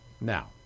Now